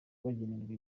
bagenerwa